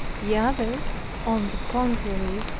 the others, on the contrary,